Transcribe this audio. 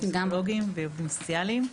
כמו פסיכולוגים ועובדים סוציאליים,